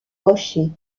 rochers